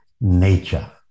nature